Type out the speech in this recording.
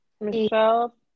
Michelle